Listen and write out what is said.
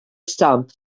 stamp